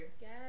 Yes